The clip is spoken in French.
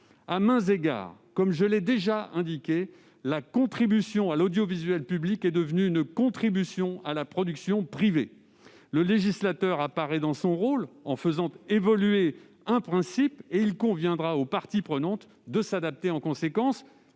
À maints égards, comme je l'ai déjà indiqué, la contribution à l'audiovisuel public est devenue une contribution à la production privée ! Le législateur est dans son rôle, en faisant évoluer un principe ; il conviendra aux parties prenantes de s'adapter en conséquence.